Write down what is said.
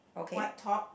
white top